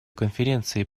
конференции